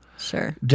Sure